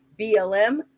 BLM